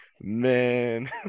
man